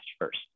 first